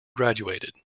graduated